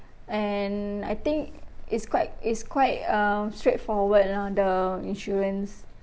and I think it's quite it's quite um straightforward lor the insurance